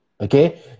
okay